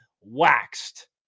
waxed